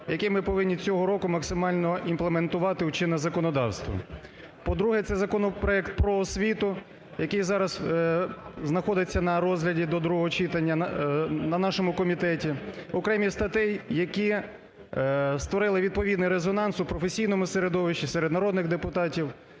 який ми повинні цього року максимально імплементувати у чинне законодавство. По-друге, це законопроект про освіту, який зараз знаходиться на розгляді до другого читанні на нашому комітеті, окремі зі статей які створити відповідний резонанс у професійному середовищі, серед народних депутатів,